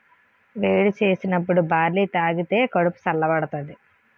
వేడి సేసినప్పుడు బార్లీ తాగిదే కడుపు సల్ల బడతాది